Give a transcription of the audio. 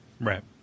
right